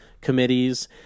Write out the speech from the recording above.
committees